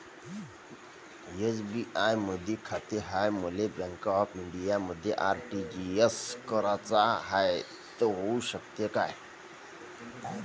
SBI मधी खाते हाय, मले बँक ऑफ इंडियामध्ये आर.टी.जी.एस कराच हाय, होऊ शकते का?